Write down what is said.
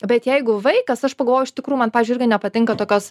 bet jeigu vaikas aš pagalvojau iš tikrų man pavyzdžiui irgi nepatinka tokios